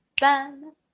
bam